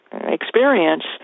experience